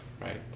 right